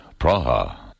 Praha